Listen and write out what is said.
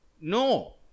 No